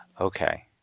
Okay